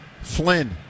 Flynn